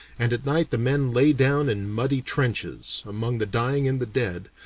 and at night the men lay down in muddy trenches, among the dying and the dead,